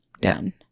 done